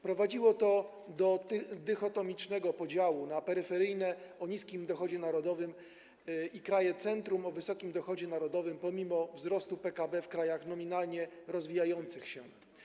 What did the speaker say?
Prowadziło to do dychotomicznego podziału na kraje peryferyjne o niskim dochodzie narodowym i kraje centrum o wysokim dochodzie narodowym pomimo wzrostu PKB w krajach nominalnie rozwijających się.